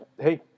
hey